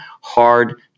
hard